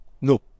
No